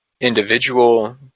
individual